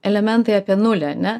elementai apie nulį ane